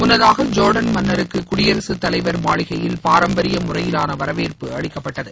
முன்னதாக ஜோ்டான் மன்னருக்கு குடியரகத்தலைவர் மாளிகையில் பாரம்பரிய முறையிலான வரவேற்பு அளிக்கப்பட்டது